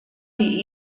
die